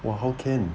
!wah! how can